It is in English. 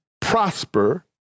prosper